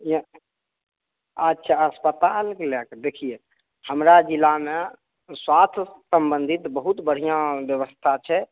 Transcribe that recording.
अच्छा अस्पतालके लै कऽ देखियै हमरा जिलामे स्वस्थ संबन्धित बहुत बढ़िआँ व्यवस्था छै